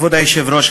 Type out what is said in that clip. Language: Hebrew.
כבוד היושב-ראש,